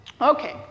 Okay